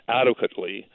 adequately